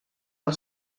del